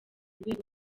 rwego